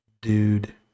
dude